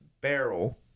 barrel